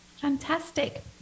Fantastic